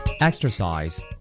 Exercise